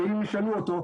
שאם ישאלו אותו,